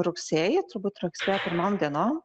rugsėjį turbūt rugsėjo pirmom dienom